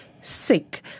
sick